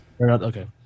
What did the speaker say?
Okay